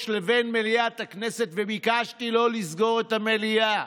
לבין מליאת הכנסת וביקשתי לא לסגור את המליאה.